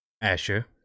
Asher